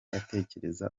atekereza